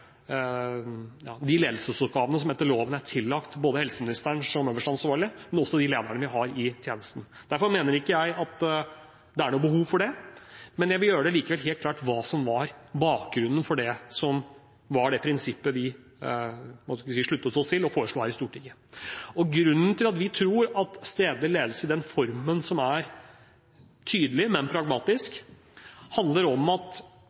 ledelsesoppgavene som etter loven er tillagt både helseministeren, som øverste ansvarlig, og også de lederne vi har i tjeneste. Derfor mener ikke jeg det er noe behov for det, men jeg vil likevel gjøre det helt klart hva som var bakgrunnen for det prinsippet som vi sluttet oss til og foreslo her i Stortinget. Grunnen til at vi tror på stedlig ledelse i den formen som er tydelig, men pragmatisk, handler om at